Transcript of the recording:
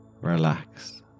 relax